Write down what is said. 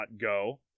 go